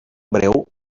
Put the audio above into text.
breu